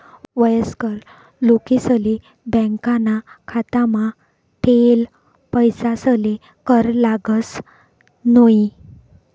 वयस्कर लोकेसले बॅकाना खातामा ठेयेल पैसासले कर लागस न्हयी